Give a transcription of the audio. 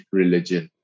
religion